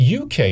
UK